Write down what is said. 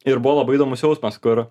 ir buvo labai įdomus jausmas kur